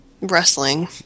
Wrestling